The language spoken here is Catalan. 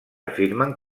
afirmen